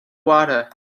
water